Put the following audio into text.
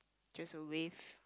just a wave